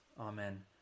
Amen